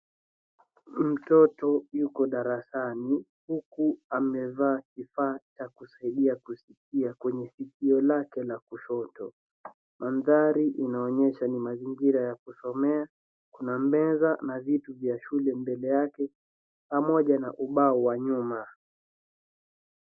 Mtoto yuko darasani huku amevaa kifaa cha kusaidia kusikia kwenye sikio lake la kushoto mandhari inaonyesha ni mazingira ya kusomea, kuna meza na vitu za shule mbele yake pamoja na ubao wa nyuma.